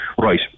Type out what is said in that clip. Right